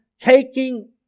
Taking